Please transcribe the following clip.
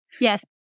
Yes